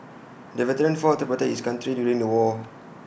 the veteran fought to protect his country during the war